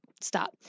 stop